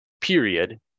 period